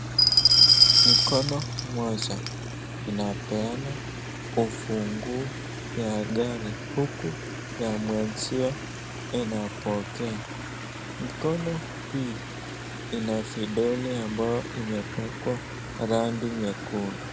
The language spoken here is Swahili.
Mkono moja inapeana ufunguu ya gari huku ya mwenzio inapokea, mkono hii ina vidole ambao imepakwa rangi nyekundu.